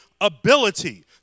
ability